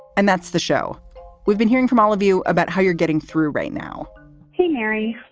and that's the show we've been hearing from all of you about how you're getting through right now hey, mary.